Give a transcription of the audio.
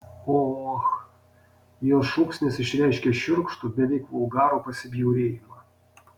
o och jos šūksnis išreiškė šiurkštų beveik vulgarų pasibjaurėjimą